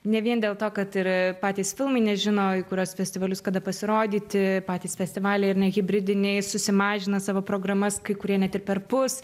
ne vien dėl to kad ir patys filmai nežino į kuriuos festivalius kada pasirodyti patys festivaliai ar ne hibridiniai susimažina savo programas kai kurie net ir perpus